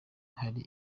hari